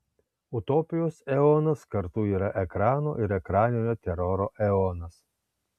utopijos eonas kartu yra ekrano ir ekraninio teroro eonas